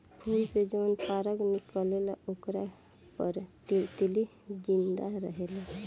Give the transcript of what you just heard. फूल से जवन पराग निकलेला ओकरे पर तितली जिंदा रहेले